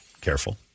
Careful